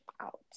out